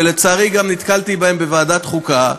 ולצערי גם נתקלתי בהן בוועדת חוקה,